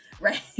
right